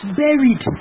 buried